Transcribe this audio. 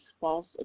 false